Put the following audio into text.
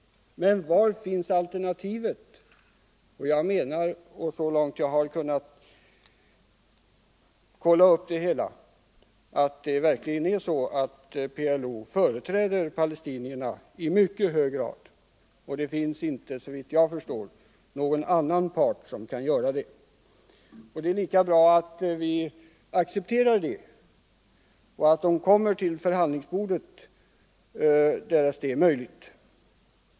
Och var finns alternativet? Så långt jag har kunnat kolla saken företräder PLO verkligen i mycket hög grad palestinierna, och såvitt jag förstår finns det inte någon annan part som kan göra det. Följaktligen är det lika bra att vi accepterar det och säger klart ifrån att de får komma till förhandlingsbordet, om detta är möjligt.